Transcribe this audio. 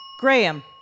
Graham